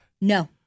No